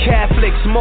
Catholics